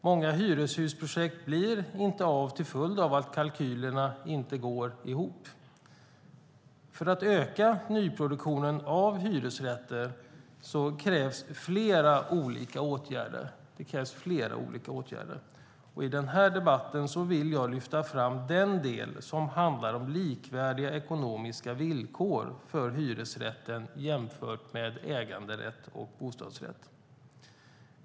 Många hyreshusprojekt blir inte av till följd av att kalkylerna inte går ihop. För att öka nyproduktionen av hyresrätter krävs flera olika åtgärder. I den här debatten vill jag lyfta fram den del som handlar om likvärdiga ekonomiska villkor för hyresrätten jämfört med äganderätt och bostadsrätt.